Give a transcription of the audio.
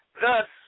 Thus